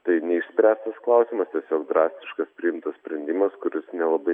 tai neišspręstas klausimas tiesiog drastiškas priimtas sprendimas kuris nelabai